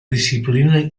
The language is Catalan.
disciplina